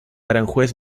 aranjuez